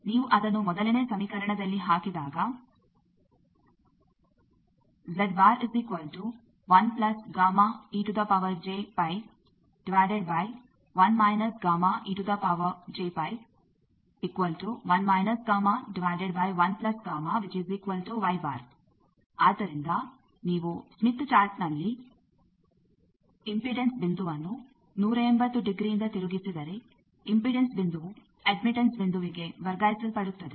ನೀವು ಅದನ್ನು ಮೊದಲನೇ ಸಮೀಕರಣದಲ್ಲಿ ಹಾಕಿದಾಗ ನೀವು ನೋಡುತ್ತೀರಿ ಆದ್ದರಿಂದ ನೀವು ಸ್ಮಿತ್ ಚಾರ್ಟ್ನಲ್ಲಿ ಇಂಪಿಡೆನ್ಸ್ ಬಿಂದುವನ್ನು 180 ಡಿಗ್ರಿಇಂದ ತಿರುಗಿಸಿದರೆ ಇಂಪಿಡೆನ್ಸ್ ಬಿಂದುವು ಅಡ್ಮಿಟ್ಟೆನ್ಸ್ ಬಿಂದುವಿಗೆ ವರ್ಗಾಯಿಸಲ್ಪಡುತ್ತದೆ